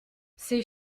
ses